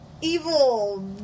Evil